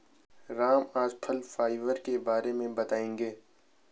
राम आज फल फाइबर के बारे में बताएँगे